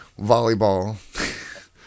Volleyball